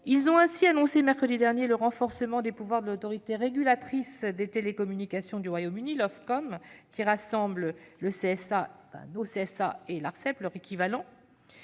Ils ont ainsi annoncé mercredi dernier le renforcement des pouvoirs de l'autorité régulatrice des télécommunications au Royaume-Uni, (Ofcom), qui rassemble l'équivalent